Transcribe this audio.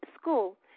school